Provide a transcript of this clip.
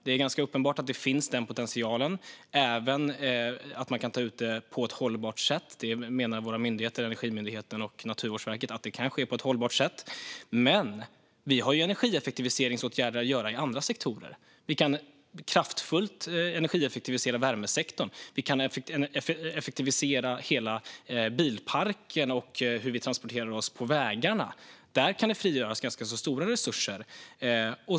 Det är ganska uppenbart att denna potential finns och att man kan ta ut detta på ett hållbart sätt - våra myndigheter, Energimyndigheten och Naturvårdsverket, menar att det kan ske på ett hållbart sätt. Men vi har ju energieffektiviseringsåtgärder att vidta i andra sektorer. Vi kan kraftfullt energieffektivisera värmesektorn. Vi kan effektivisera hela bilparken och hur vi transporterar oss på vägarna; där kan det frigöras ganska stora resurser.